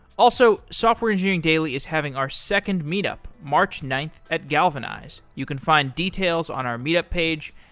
also, software engineering daily is having our second meet up, march ninth at galvanize. you can find details on our meet up page.